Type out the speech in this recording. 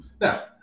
Now